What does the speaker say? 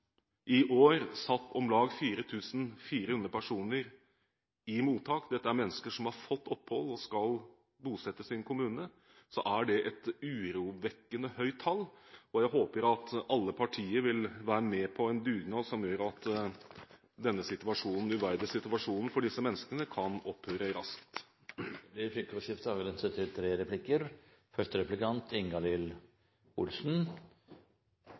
i år satt om lag 4 400 personer i mottak – dette er mennesker som har fått opphold og skal bosettes i en kommune – er det et urovekkende høyt tall. Jeg håper at alle partier vil være med på en dugnad som gjør at denne uverdige situasjonen for disse menneskene kan opphøre raskt. Det